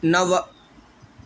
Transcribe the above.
नव